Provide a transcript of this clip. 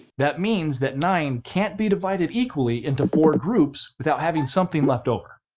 that means that nine can't be divided equally into four groups without having something left over.